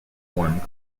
one